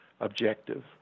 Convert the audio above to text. objective